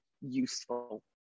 useful